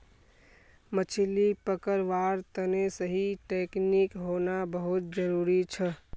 मछली पकड़वार तने सही टेक्नीक होना बहुत जरूरी छ